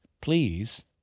please